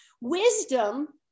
Wisdom